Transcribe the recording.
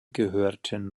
gehörten